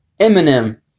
Eminem